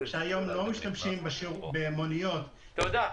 שהיום לא משתמשים במוניות- -- תודה.